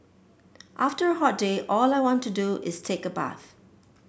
after a hot day all I want to do is take a bath